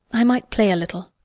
i might play a little.